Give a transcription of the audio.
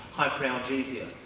hyperalgesia.